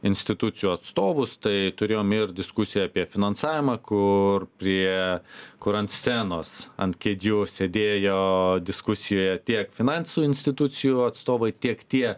institucijų atstovus tai turėjom ir diskusiją apie finansavimą kur prie kur ant scenos ant kėdžių sėdėjo diskusijoje tiek finansų institucijų atstovai tiek tie